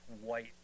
white